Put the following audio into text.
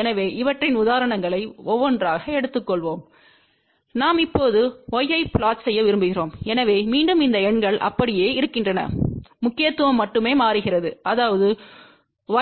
எனவே இவற்றின் உதாரணங்களை ஒவ்வொன்றாக எடுத்துக்கொள்வோம் நாம் இப்போது Y ஐ புளொட் செய்ய விரும்புகிறோம் எனவே மீண்டும் இந்த எண்கள் அப்படியே இருக்கின்றன முக்கியத்துவம் மட்டுமே மாறுகிறது அதாவது